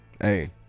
hey